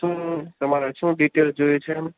શું તમારે શું ડિટેલ જોઈએ છે એમ